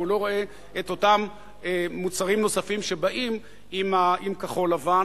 והוא לא רואה את אותם מוצרים נוספים שבאים עם כחול-לבן.